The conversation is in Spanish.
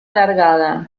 alargada